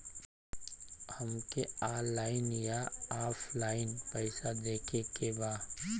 हमके ऑनलाइन या ऑफलाइन पैसा देवे के बा?